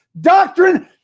doctrine